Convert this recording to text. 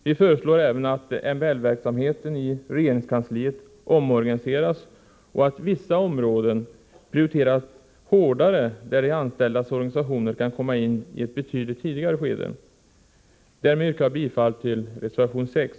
Vi föreslår även att MBL-verksamheten i regeringskansliet omorganiseras och att vissa områden prioriteras hårdare så att de anställdas organisationer där kan komma in i ett betydligt tidigare skede. Därmer yrkar jag bifall till reservation 6.